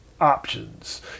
options